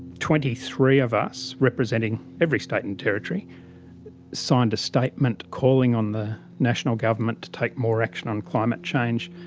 twenty three of us representing every state and territory signed a statement calling on the national government to take more action on climate change,